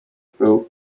był